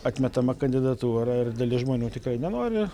atmetama kandidatūra ir dalis žmonių tikrai nenori